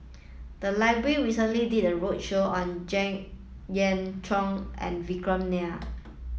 the library recently did a roadshow on Jek Yeun Thong and Vikram Nair